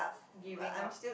giving up